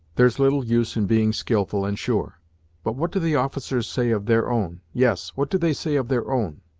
there's little use in being skilful and sure but what do the officers say of their own yes, what do they say of their own?